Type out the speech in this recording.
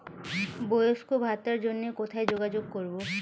বয়স্ক ভাতার জন্য কোথায় যোগাযোগ করব?